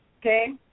Okay